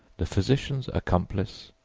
the physician's accomplice,